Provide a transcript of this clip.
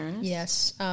Yes